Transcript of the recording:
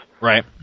Right